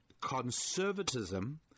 conservatism